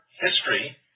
history